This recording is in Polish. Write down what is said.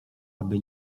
aby